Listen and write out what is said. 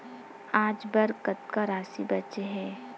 आज बर कतका राशि बचे हे?